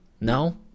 No